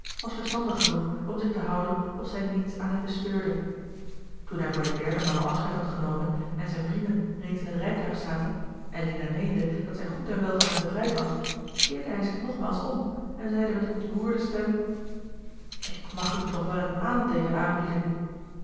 was verstandig genoeg om zich te houden of zij niets aan hem bespeurde toen hij voor de derde maal afscheid had genomen en zijn vrienden reeds in het rijtuig zaten en lina meende dat zij goed en wel van hem bevrijd was keerde hij zich nogmaals om en zeide met ontroerde stem ik mag u toch wel een aandenken aanbieden